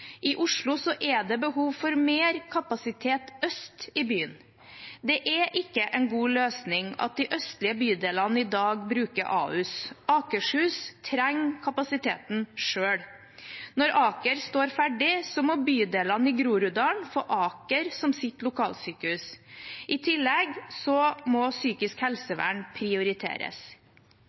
er det behov for mer kapasitet øst i byen. Det er ikke en god løsning at de østlige bydelene i dag bruker Ahus. Akershus trenger kapasiteten selv. Når Aker står ferdig, må bydelene i Groruddalen få Aker som sitt lokalsykehus. I tillegg må psykisk helsevern prioriteres.